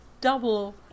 double